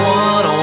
one